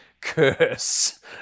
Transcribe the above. curse